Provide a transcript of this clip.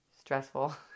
stressful